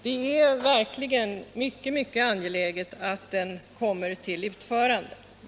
Det är mycket angeläget att vägen kommer till utförande.